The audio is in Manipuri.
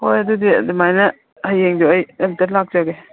ꯍꯣꯏ ꯑꯗꯨꯗꯤ ꯑꯗꯨꯃꯥꯏꯅ ꯍꯌꯦꯡꯗꯨ ꯑꯩ ꯑꯝꯇ ꯂꯥꯛꯆꯒꯦ